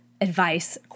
advice